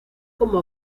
como